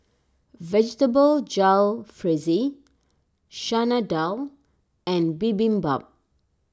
Vegetable Jalfrezi Chana Dal and Bibimbap